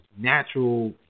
natural